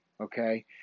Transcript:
okay